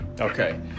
Okay